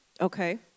Okay